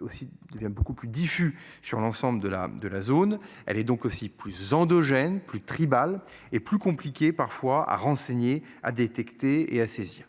aussi devient beaucoup plus diffus sur l'ensemble de la, de la zone. Elle est donc aussi plus endogène plus tribal et plus compliqué parfois à renseigner à détecter et à saisir